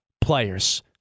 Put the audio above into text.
players